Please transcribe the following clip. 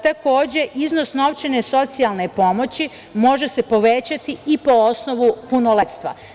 Takođe, iznos novčane socijalne pomoći može se povećati i po osnovu punoletstva.